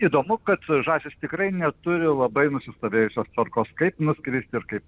įdomu kad žąsys tikrai neturi labai nusistovėjusios tvarkos kaip nuskristi ir kaip